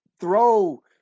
throw